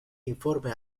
informe